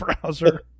browser